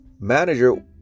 manager